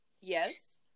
Yes